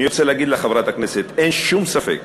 אני רוצה להגיד לך, חברת הכנסת, אין שום ספק